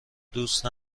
دوست